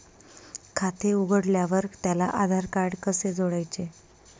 खाते उघडल्यावर त्याला आधारकार्ड कसे जोडायचे?